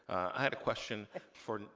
i had a question for,